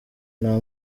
nta